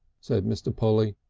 said mr. polly.